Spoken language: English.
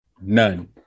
None